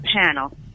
panel